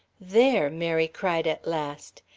there! mary cried at last.